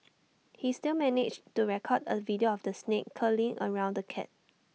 he still managed the record A video of the snake curling around the cat